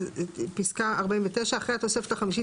פסקה 49. (49) אחרי התוספת החמישית